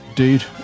dude